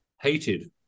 hated